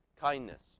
kindness